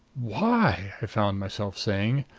why? i found myself saying,